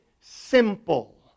simple